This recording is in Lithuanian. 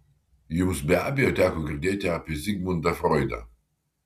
jums be abejo teko girdėti apie zigmundą froidą